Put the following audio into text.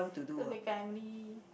so big family